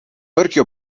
wurkje